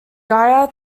gaya